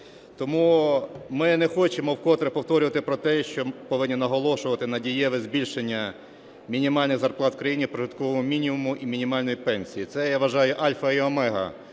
Тому ми не хочемо вкотре повторювати про те, що повинні наголошувати на дієве збільшення мінімальної зарплати в країні, прожиткового мінімумі і мінімальної пенсії. Це, я вважаю, альфа і омега